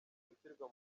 gushyirwa